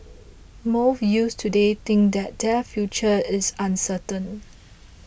most youths today think that their future is uncertain